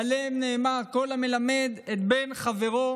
ועליו נאמר: "כל המלמד את בן חברו,